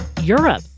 Europe